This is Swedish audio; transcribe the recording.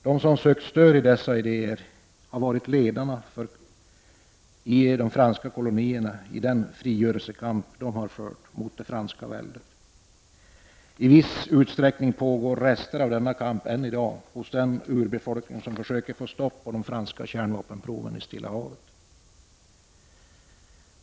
De som sökt stöd i dessa idéer har varit ledarna för den frigörel sekamp som i de franska kolonierna riktat sig mot det franska väldet. I viss utsträckning pågår rester av denna kamp än i dag, t.ex, hos den urbefolkning som försöker få stopp på de franska kärnvapenproven i Stilla havet.